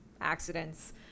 accidents